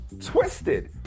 twisted